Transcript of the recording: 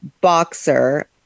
Boxer